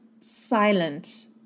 silent